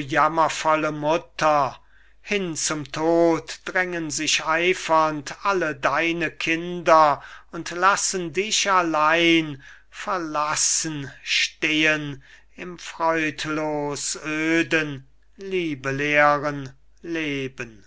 jammervolle mutter hin zum tod drängen sich eifernd alle deine kinder und lassen dich allein verlassen stehen um freudlos öden liebeleeren leben